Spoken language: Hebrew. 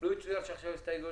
אבל לאחר מכן הייתה התעלמות.